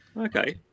okay